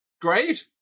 Great